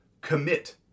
commit